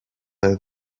play